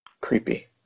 creepy